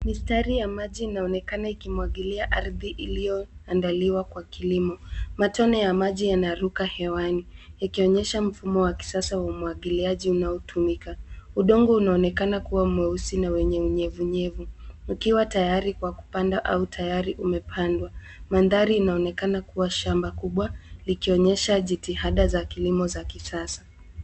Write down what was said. Mistari ya maji inaonekana ikimwangilia ardhi iliyoandaliwa kwa kilimo. Matone ya maji yanaruka hewani yakionyesha mfumo wa kisasa wa umwangiliaji unaotumika. Udongo unaonekana kuwa mweusi na wenye unyevunyevu, ukiwa tayari kwa kupanda au tayari umepandwa. Mandhari inaonekana kuwa shamba kubwa likionyesha jitihada za kilimo za kisasa.